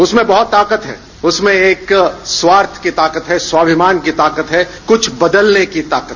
उसमें बहुत ताकत है उसमें एक स्वार्थ की ताकत है स्वाभिमान की ताकत है कुछ बदलने की ताकत